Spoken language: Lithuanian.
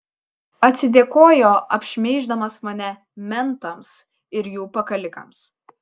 atsidėkojo apšmeiždamas mane mentams ir jų pakalikams